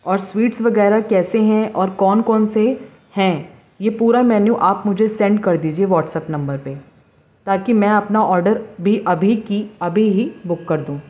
اور سویٹس وغیرہ کیسے ہیں اور کون کون سے ہیں یہ پورا مینو آپ مجھے سینڈ کر دیجیے واٹسایپ نمبر پہ تاکہ میں اپنا آرڈر بھی ابھی کی ابھی ہی بک کر دوں